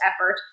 effort